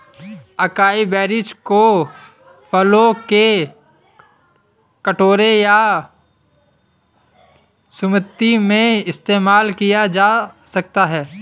acai berries को फलों के कटोरे या स्मूदी में इस्तेमाल किया जा सकता है